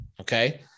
Okay